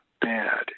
bad